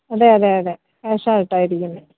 അതെയതെയതെ ക്യാഷായിട്ടാണ് ഇരിക്കുന്നത്